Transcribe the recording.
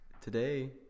Today